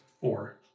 four